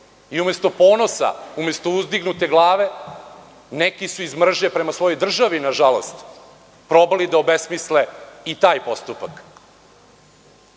Umesto ponosa, umesto uzdignute glave, neki su iz mržnje prema svojoj državi, nažalost probali da obesmisle i taj postupak.